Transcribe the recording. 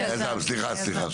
סליחה.